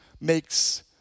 makes